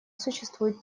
существует